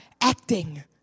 acting